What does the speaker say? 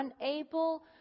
unable